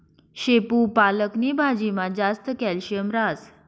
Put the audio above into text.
शेपू पालक नी भाजीमा जास्त कॅल्शियम हास